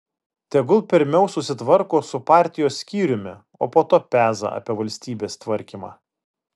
tegul pirmiau susitvarko su partijos skyriumi o po to peza apie valstybės tvarkymą